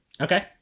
Okay